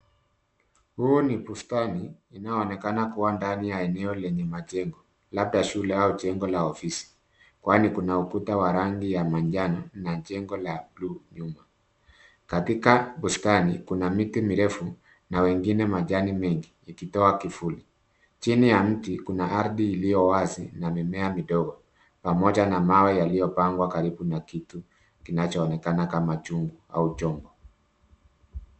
Hii ni bustani inayoonekana kuwa ndani ya eneo lenye majengo, labda shule au jengo la ofisi, kwani kuna ukuta wa rangi ya manjano na jengo la buluu nyuma. Katika bustani kuna miti mirefu na wengine majani mengi ikitoa kivuli. Chini ya mti, kuna ardhi liyowazi na mimea midogo pamoja na mawe yaliyopangwa karibu na kitu kinachoonekana kama chungu au chombo.